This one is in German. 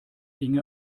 inge